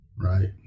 right